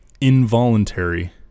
involuntary